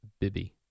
Bibby